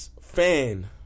fan